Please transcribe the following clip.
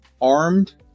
armed